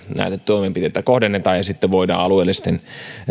näitä toimenpiteitä kohdennetaan ja sitten voidaan alueellisten